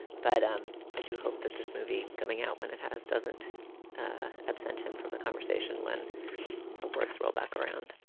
but um i do hope that this movie coming out when it happens, doesn't absent him from the conversation when the words roll back around.